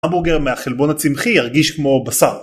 המבורגר מהחלבון הצמחי ירגיש כמו בשר